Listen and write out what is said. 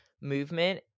movement